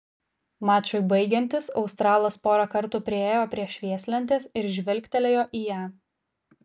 mačui baigiantis australas porą kartų priėjo prie švieslentės ir žvilgtelėjo į ją